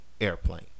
airplane